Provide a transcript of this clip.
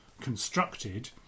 constructed